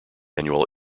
annual